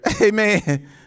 Amen